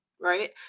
right